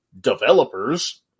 developers